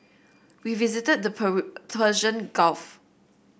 we visited the Persian Gulf